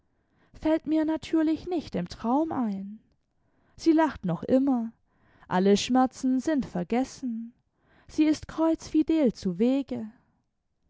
fällt mir natürlich nicht im traum ein sie lacht qoch inuner alle schmerzen sind vergessen sie ist kreuzfidel zuwege